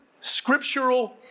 scriptural